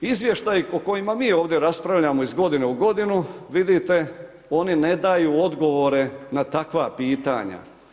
Izvještaj o kojima mi ovdje raspravljamo iz godine u godinu vidite, oni ne daju odgovore na takva pitanja.